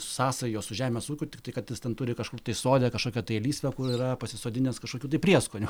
sąsajos su žemės ūkiu tiktai kad jis ten turi kažkur tai sode kažkokią tai lysvę kur yra pasisodinęs kažkokių tai prieskonių